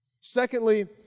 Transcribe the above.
Secondly